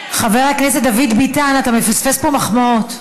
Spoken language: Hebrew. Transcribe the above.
חבר הכנסת דוד ביטן, אתה מפספס פה מחמאות.